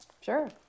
Sure